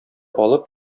алып